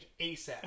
ASAP